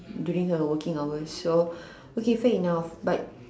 during her working hours so okay fair enough but